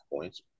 points